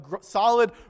solid